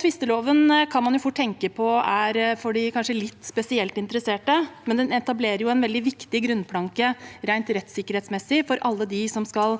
Tvisteloven kan man fort tenke at kanskje er for de litt spesielt interesserte, men den etablerer en veldig viktig grunnplanke rent rettssikkerhetsmessig for alle dem som skal